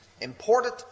important